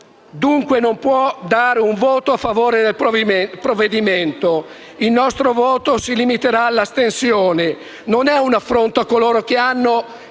dunque dare un voto a favore del provvedimento. Il nostro voto si limiterà all'astensione. Non è un affronto a coloro che hanno